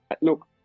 Look